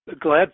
glad